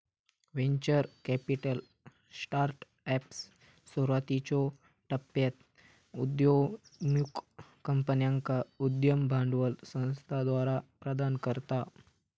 venture capital startups, सुरुवातीच्यो टप्प्यात उदयोन्मुख कंपन्यांका उद्यम भांडवल संस्थाद्वारा प्रदान करता